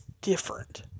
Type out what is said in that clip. different